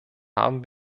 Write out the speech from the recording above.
haben